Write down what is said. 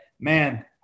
Man